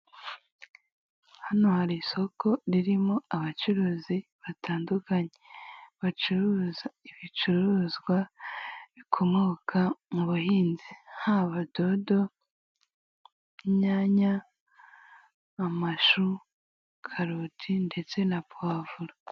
Hano hari isoko ririmo abacuruzi batandukanye, bacuruza ibicuruzwa bikomoka mu buhinzi. Haba dodo, inyanya, amashu, karoti, ndetse na powavuro.